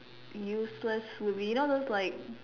useless would be you know those like